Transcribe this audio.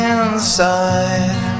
inside